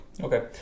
Okay